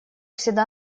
всегда